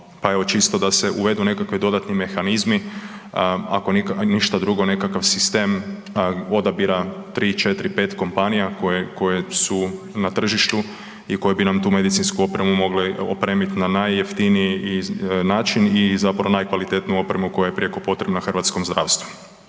čisto da se uvedu nekakvi dodatni mehanizmi, ako ništa drugo nekakav sistem odabira 3, 4, 5 kompanija koje su na tržištu i koje bi nam tu medicinsku opremu mogle opremiti na najjeftiniji način i zapravo najkvalitetniju opremu koja je prijeko potrebna hrvatskom zdravstvu.